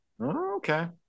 Okay